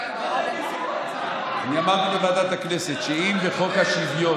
אני אמרתי בוועדת הכנסת שאם בחוק השוויון